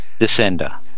Descender